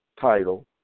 title